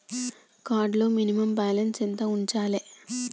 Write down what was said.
Card లో minimum balance ఎంత ఉంచాలే?